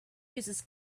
uses